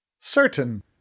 Certain